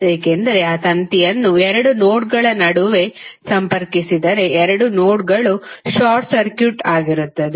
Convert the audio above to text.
ಏಕೆಂದರೆ ಆ ತಂತಿಯನ್ನು 2 ನೋಡ್ಗಳ ನಡುವೆ ಸಂಪರ್ಕಿಸಿದರೆ 2 ನೋಡ್ಗಳು ಶಾರ್ಟ್ ಸರ್ಕ್ಯೂಟ್ ಆಗಿರುತ್ತವೆ